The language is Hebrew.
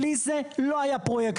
בלי זה, לא היה פרויקט.